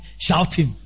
shouting